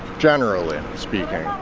generally speaking.